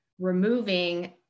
removing